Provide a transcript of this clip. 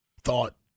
thought